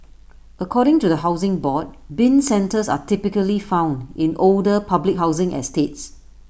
according to the Housing Board Bin centres are typically found in older public housing estates